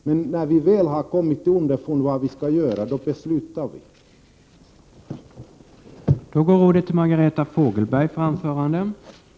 Men när vi väl har kommit underfund med vad vi skall göra fattar vi beslut.